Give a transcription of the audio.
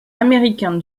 américain